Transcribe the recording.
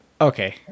okay